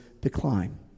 decline